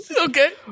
Okay